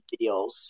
videos